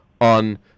on